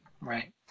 Right